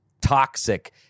toxic